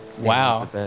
Wow